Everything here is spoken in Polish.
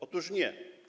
Otóż nie.